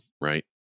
Right